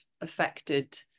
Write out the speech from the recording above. affected